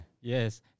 Yes